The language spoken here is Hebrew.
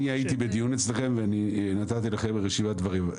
הייתי בדיון אצלכם ונתתי לכם רשימת דברים.